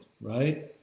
right